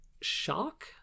shock